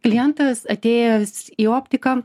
klientas atėjęs į optiką